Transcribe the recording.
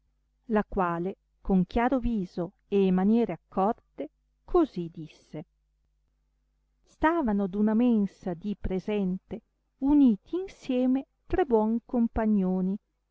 la quale con chiaro viso e maniere accorte così disse stavano ad una mensa di presente uniti insieme tre buon compagnoni